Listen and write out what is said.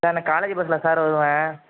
sir நான் college பஸ்ஸில் sir வருவேன்